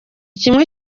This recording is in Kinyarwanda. kimwe